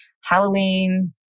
Halloween